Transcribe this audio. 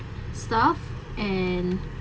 stuff and